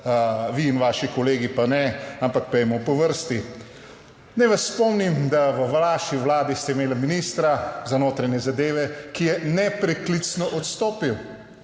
vi in vaši kolegi pa ne, ampak pojdimo po vrsti. Naj vas spomnim, da v vaši vladi ste imeli ministra za notranje zadeve, ki je nepreklicno odstopil.